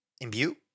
Imbue